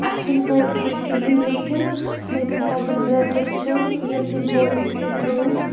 اَسہِ چھ نہٕ پولٹری کِہیٖنۍ لیکِن میٲنِس کَزِن برٛدرَس چھِ ییٚلہِ تٔمۍ پولٹری ترٲو